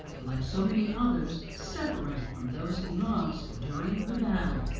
like so many others separated from those he loves during the battle.